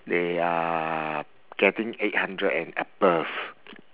they are getting eight hundred and above